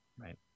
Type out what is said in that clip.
right